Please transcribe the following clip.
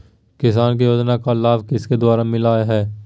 किसान को योजना का लाभ किसके द्वारा मिलाया है?